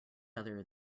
other